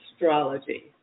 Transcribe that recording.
astrology